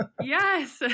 Yes